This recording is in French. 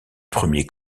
premier